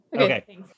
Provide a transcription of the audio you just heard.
Okay